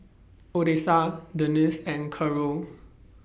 Odessa Denice and Carole